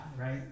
right